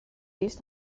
used